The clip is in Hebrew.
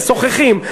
משוחחים.